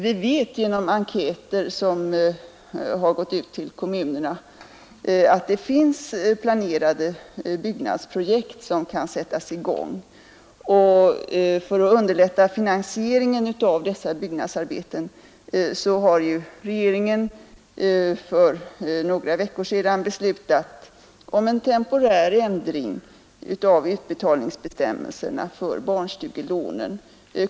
Vi vet genom enkäter, som har gått ut till kommunerna, att det finns planerade byggprojekt som kan sättas i gång, och för att underlätta finansieringen av dessa har ju regeringen för några veckor sedan beslutat om en temporär ändring av utbetalningsbestämmelserna för barnstugelånen.